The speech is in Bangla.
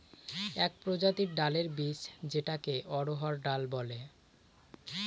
এক প্রজাতির ডালের বীজ যেটাকে অড়হর ডাল বলে